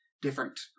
different